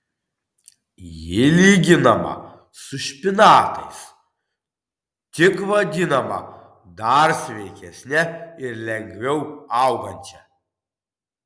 ji lyginama su špinatais tik vadinama dar sveikesne ir lengviau augančia